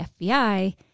FBI